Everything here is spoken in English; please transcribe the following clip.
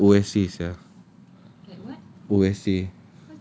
that's like O_S_A sia O_S_A